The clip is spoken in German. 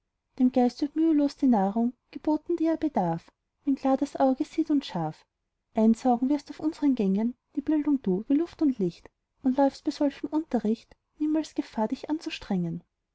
dem geist wird mühelos die nahrung geboten deren er bedarf wenn klar das auge sieht und scharf einsaugen wirst auf unsern gängen die bildung du wie luft und licht und läufst bei solchem unterricht niemals gefahr dich anzustrengen